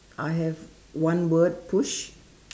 I have one word push